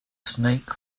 snake